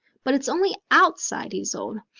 but it's only outside he's old.